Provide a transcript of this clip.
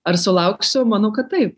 ar sulauksiu manau kad taip